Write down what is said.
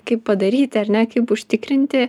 kaip padaryti ar ne kaip užtikrinti